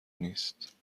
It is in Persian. نیست